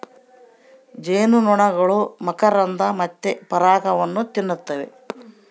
ಜೇನುನೊಣಗಳು ಮಕರಂದ ಮತ್ತೆ ಪರಾಗವನ್ನ ತಿನ್ನುತ್ತವ